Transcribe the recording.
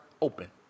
open